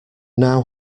now